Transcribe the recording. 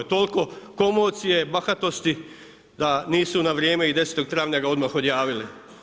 Toliko komocije, bahatosti da nisu na vrijeme i 10. travnja ga odmah odjavili.